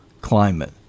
climate